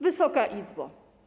Wysoka Izbo!